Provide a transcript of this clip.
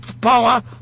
power